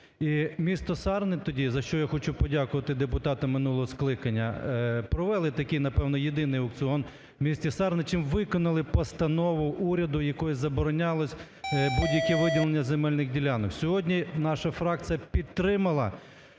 І місто Сарни тоді, за що я хочу подякувати депутатам минулого скликання, провели такий, напевно, єдиний аукціон в місті Сарни чим виконали постанову уряду якою заборонялось будь-яке виділення земельних ділянок. Сьогодні наша фракція підтримала